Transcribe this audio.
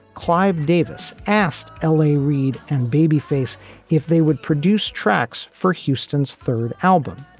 clive davis asked l a. reid and babyface if they would produce tracks for houston's third album,